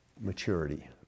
maturity